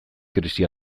krisi